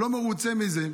לא מרוצה מזה.